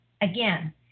Again